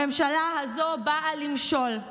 הממשלה הזו באה למשול.